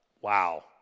Wow